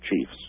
chiefs